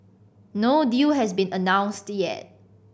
no deal has been announced yet